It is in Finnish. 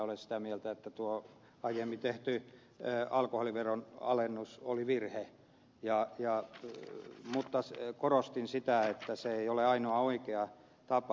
olen sitä mieltä että tuo aiemmin tehty alkoholiveron alennus oli virhe mutta korostin sitä että se ei ole ainoa oikea tapa